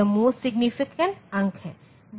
यह most significant अंक है